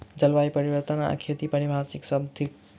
जलवायु परिवर्तन आ खेती पारिभाषिक शब्द थिक